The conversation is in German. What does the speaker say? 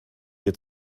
wir